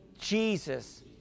Jesus